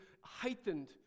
heightened